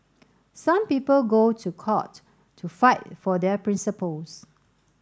some people go to court to fight for their principles